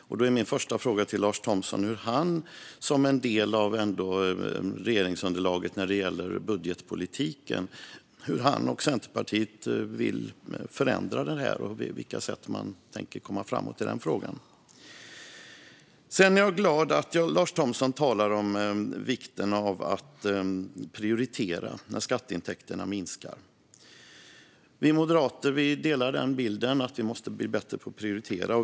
Min första fråga till Lars Thomsson är hur han och Centerpartiet, som är en del av regeringsunderlaget när det gäller budgetpolitiken, vill förändra och på vilka sätt de tänker komma framåt i denna fråga. Sedan är jag glad över att Lars Thomsson talar om vikten av att prioritera när skatteintäkterna minskar. Vi moderater delar bilden att vi måste bli bättre på att prioritera.